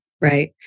Right